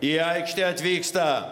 į aikštę atvyksta